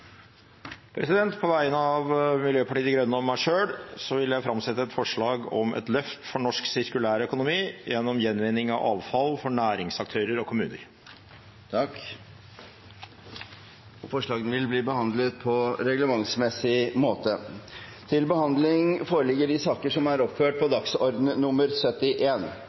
På vegne av Miljøpartiet De Grønne vil jeg framsette et forslag om et løft for norsk sirkulær økonomi gjennom gjenvinning av avfall for næringsaktører og kommuner. Forslagene vil bli behandlet på reglementsmessig måte. Stortinget mottok onsdag 12. april meddelelse fra Statsministerens kontor om at statsminister Erna Solberg vil møte til muntlig spørretime. Statsministeren er